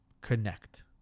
Connect